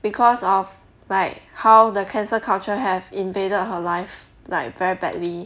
because of like how the cancel culture have invaded her life like very badly